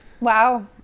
Wow